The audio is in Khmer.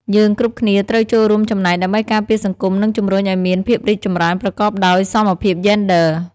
យើងគ្រប់គ្នាត្រូវចូលរួមចំណែកដើម្បីការពារសង្គម និងជំរុញឱ្យមានភាពរីកចម្រើនប្រកបដោយសមភាពយេនឌ័រ។